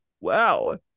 Wow